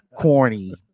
Corny